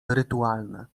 rytualne